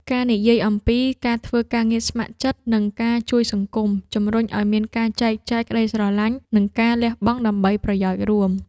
ការនិយាយអំពី ការធ្វើការងារស្ម័គ្រចិត្ត និងការជួយសង្គម ជម្រុញឱ្យមានការចែកចាយក្ដីស្រឡាញ់ និងការលះបង់ដើម្បីប្រយោជន៍រួម។